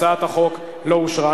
הצעת החוק לא אושרה.